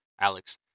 Alex